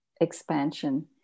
expansion